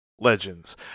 Legends